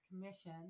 Commission